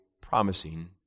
promising